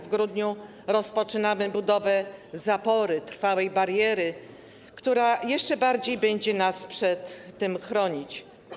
W grudniu rozpoczynamy budowę zapory, trwałej bariery, która jeszcze bardziej będzie nas przed tym chronić.